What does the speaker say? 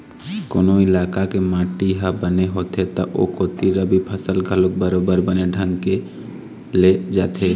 कोनो इलाका के माटी ह बने होथे त ओ कोती रबि फसल घलोक बरोबर बने ढंग के ले जाथे